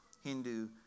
Hindu